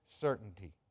certainty